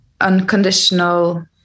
unconditional